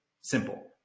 Simple